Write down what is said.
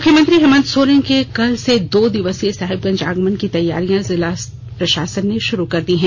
मुख्यमंत्री हेमंत सोरेन के कल से दो दिवसीय साहिबगंज आगमन की तैयारियां जिला प्रशासन ने शुरू कर दी है